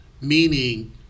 Meaning